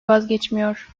vazgeçmiyor